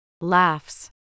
Laughs